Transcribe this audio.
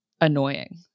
annoying